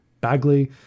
Bagley